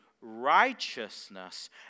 righteousness